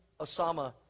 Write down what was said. Osama